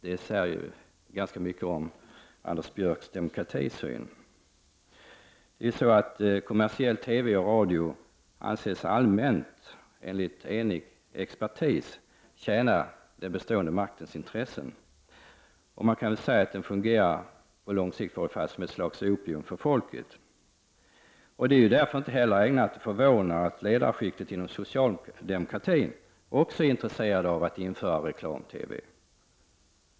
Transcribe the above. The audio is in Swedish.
Detta säger ganska mycket om Anders Björcks syn på demokrati. Kommersiell TV och radio anses allmänt, enligt en enig expertis, tjäna den bestående maktens intressen. Man kan säga att TV och radio, i varje fall på lång sikt, fungerar som ett slags opium för folket. Därför är det inte heller ägnat att förvåna att ledarskiktet inom socialdemokratin också är intresserat av att införa reklam-TV.